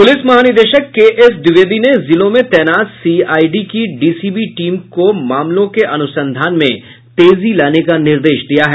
police महानिदेशक K S Dwivedi ने जिलों में तैनात सीआईडी की डीसीबी टीम को मामलों के अनुसंधान में तेजी लाने का निर्देश दिया है